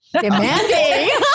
Demanding